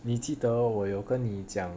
你记得我有跟你讲